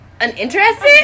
uninterested